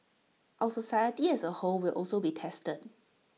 our society as A whole will also be tested